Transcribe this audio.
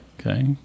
Okay